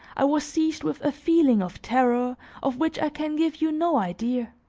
i was seized with a feeling of terror of which i can give you no idea.